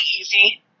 easy